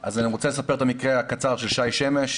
אז אני רוצה לספר את המקרה הקצר של שי שמש,